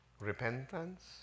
Repentance